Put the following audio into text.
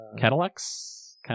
Cadillacs